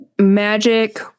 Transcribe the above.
magic